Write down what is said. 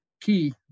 key